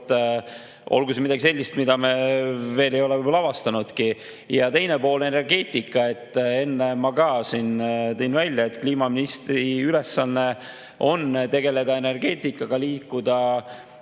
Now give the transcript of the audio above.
olgu see midagi sellist, mida me veel ei ole avastanudki. Ja teine pool: energeetika. Enne ma juba tõin välja, et kliimaministri ülesanne on tegeleda energeetikaga, liikuda